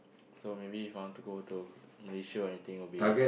so maybe If I want to go to Malaysia or anything will be